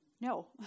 No